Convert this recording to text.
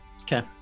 Okay